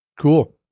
Cool